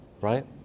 right